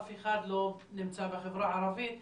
אף אחד לא נמצא בחברה הערבית.